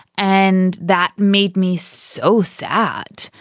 and that made me so sad.